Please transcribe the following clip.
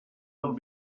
del